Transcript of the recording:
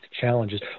challenges